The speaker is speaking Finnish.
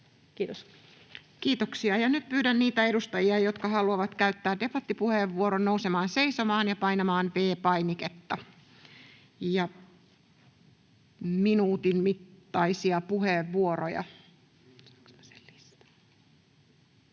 Kiitos. Kiitoksia. — Ja nyt pyydän niitä edustajia, jotka haluavat käyttää debattipuheenvuoron, nousemaan seisomaan ja painamaan V-painiketta. Minuutin mittaisia puheenvuoroja.